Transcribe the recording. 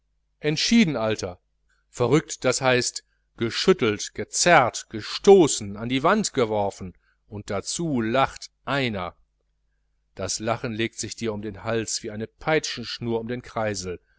entschieden alter verrückt das heißt geschüttelt gezerrt gestoßen an die wand geworfen und dazu lacht einer das lachen legt sich dir um den hals wie eine peitschenschnur um den kreisel